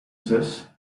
zus